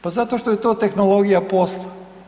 Pa zato što je to tehnologija posla.